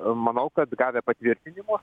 manau kad gavę patvirtinimu